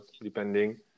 depending